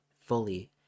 fully